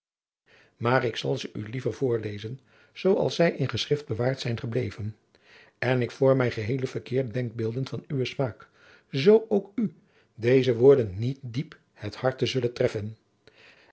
maar ik zal ze u liever voorlezen zoo als zij in geschrift bewaard zijn gebleven en ik vorm mij geheele verkeerde denkbeelden van uwen smaak zoo ook u deze woorden niet diep het harte zullen treffen